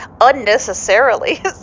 unnecessarily